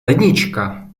lednička